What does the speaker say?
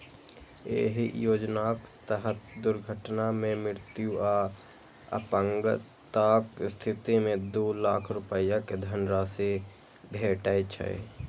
एहि योजनाक तहत दुर्घटना मे मृत्यु आ अपंगताक स्थिति मे दू लाख रुपैया के धनराशि भेटै छै